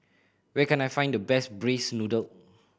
where can I find the best braised noodle